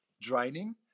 draining